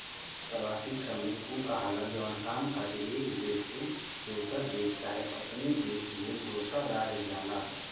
प्रवासी श्रमिक उ कहाला जवन काम खातिर एक देश से दोसर देश चाहे अपने देश में दोसर राज्य जाला